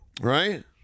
Right